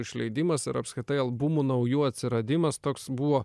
išleidimas ir apskritai albumų naujų atsiradimas toks buvo